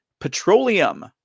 petroleum